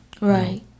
Right